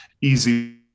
easy